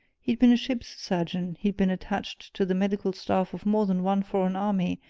he'd been a ship's surgeon he'd been attached to the medical staff of more than one foreign army,